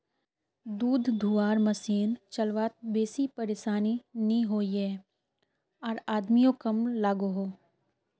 दूध धुआर मसिन चलवात बेसी परेशानी नि होइयेह आर आदमियों कम लागोहो